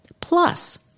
plus